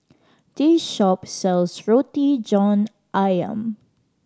this shop sells Roti John Ayam